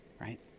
right